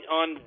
on